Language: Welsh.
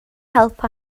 help